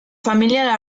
familia